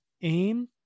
Aim